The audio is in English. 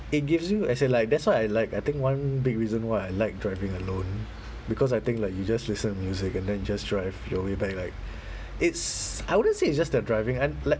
it gives you as in like that's why I like I think one big reason why I like driving alone because I think like you just listen to music and then you just drive your way back like it's I wouldn't say it's just the driving and like